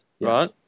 right